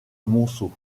monceau